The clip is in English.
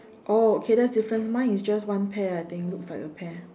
oh okay that is different mine is just one pear I think looks like a pear